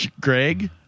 Greg